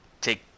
take